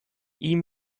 ihm